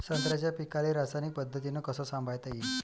संत्र्याच्या पीकाले रासायनिक पद्धतीनं कस संभाळता येईन?